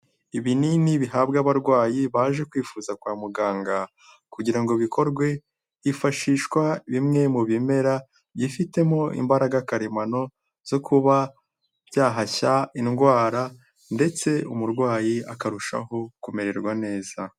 lbinini bihabwa abarwayi baje kwifuza kwa muganga, kugira ngo bikorwe hifashishwa bimwe mu bimera byifitemo imbaraga karemano zo kuba byahashya indwara ndetse umurwayi akarushaho kumererwa neza.